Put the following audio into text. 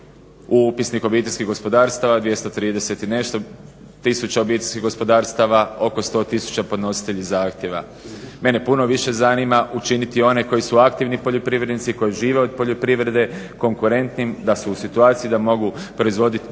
u Upisnik obiteljskih gospodarstava 230 i nešto tisuća obiteljskih gospodarstava, oko 100000 podnositelji zahtjeva. Mene puno više zanima učiniti one koji su aktivni poljoprivrednici, koji žive od poljoprivrede, konkurentnim, da su u situaciji da mogu proizvoditi bolje, više